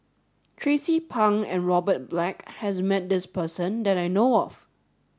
Tracie Pang and Robert Black has met this person that I know of